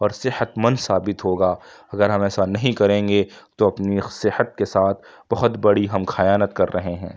اور صحت مند ثابت ہوگا اگر ہم ایسا نہیں کریں گے تو اپنی صحت کے ساتھ بہت بڑی ہم خیانت کر رہے ہیں